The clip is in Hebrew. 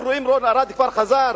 אנחנו רואים שרון ארד כבר חזר?